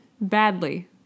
badly